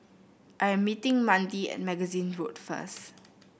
I am meeting Mandi at Magazine Road first